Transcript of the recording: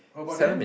seven minute